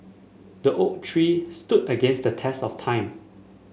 the oak tree stood against the test of time